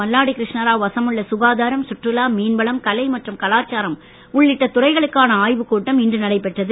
மல்லாடி கிருஷ்ணாராவ் வசம் உள்ள சுகாதாரம் சுற்றுலா மீன்வளம் கலை மற்றும் கலாச்சாரம் உள்ளிட்ட துறைகளுக்கான ஆய்வுக் கூட்டம் இன்று நடைபெற்றது